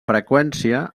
freqüència